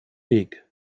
weg